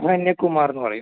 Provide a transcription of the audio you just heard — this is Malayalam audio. എന്നെ കുമാർ എന്ന് പറയും